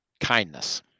kindness